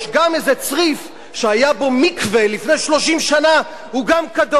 גם איזה צריף שהיה בו מקווה לפני 30 שנה הוא קדוש.